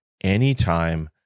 anytime